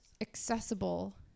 accessible